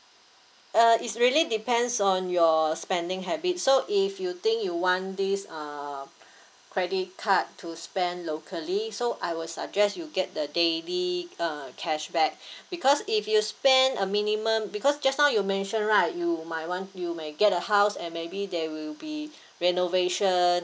uh it's really depends on your spending habits so if you think you want this uh credit card to spend locally so I will suggest you get the daily uh cashback because if you spend a minimum because just now you mentioned right you might want you may get a house and maybe there will be renovation